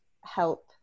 help